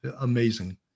Amazing